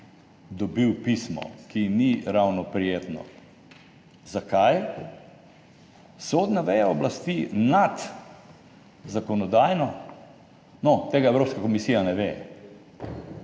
dobil pismo, ki ni ravno prijetno. Zakaj? Sodna veja oblasti nad zakonodajno – no, tega Evropska komisija ne ve,